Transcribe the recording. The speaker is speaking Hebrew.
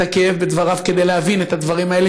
הכאב בדבריו כדי להבין את הדברים האלה,